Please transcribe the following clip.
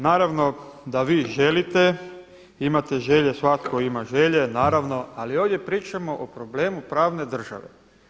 Naravno da vi želite, imate želje, svatko ima želje naravno ali ovdje pričamo o problemu pravne države.